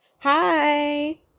Hi